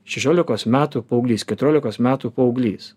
šešiolikos metų paauglys keturiolikos metų paauglys